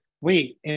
wait